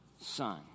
son